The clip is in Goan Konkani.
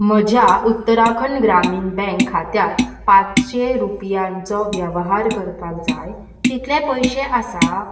म्हज्या उत्तराखंड ग्रामीण बँक खात्यांत पांचशें रुपयांचो वेवहार करपाक जाय तितले पयशे आसा